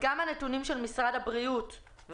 גם הנתונים של משרד הבריאות,